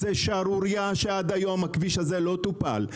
זו שערורייה שהכביש הזה עד היום לא טופל.